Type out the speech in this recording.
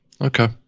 Okay